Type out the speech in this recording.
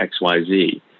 XYZ